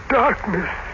darkness